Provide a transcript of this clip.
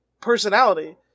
personality